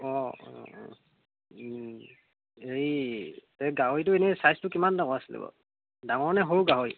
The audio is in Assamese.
অঁ হেৰি এই গাহৰিটো এনেই ছাইজটো কিমান ডাঙৰ আছিলে বাৰু ডাঙৰ নে সৰু গাহৰি